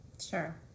sure